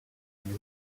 une